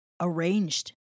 arranged